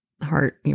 heart